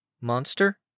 Monster